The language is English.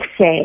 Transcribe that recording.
say